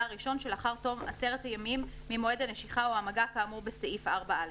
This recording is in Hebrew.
הראשון שלאחר תום עשרת הימים ממועד הנשיכה או המגע כאמור בסעיף 4א,